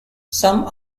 some